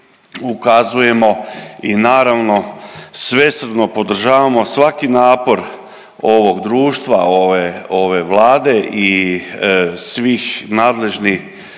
ukazujemo i naravno svesrdno podržavamo svaki napor ovog društva, ove Vlade i svih nadležnih